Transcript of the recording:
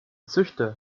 züchter